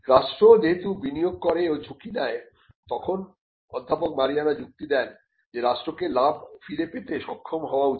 রাষ্ট্র যেহেতু বিনিয়োগ করে ও ঝুঁকি নেয় তখন অধ্যাপক মারিয়ানা যুক্তি দেন যে রাষ্ট্রকে লাভ ফিরে পেতে সক্ষম হওয়া উচিত